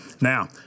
now